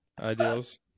ideals